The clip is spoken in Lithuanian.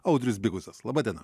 audrius biguzas laba diena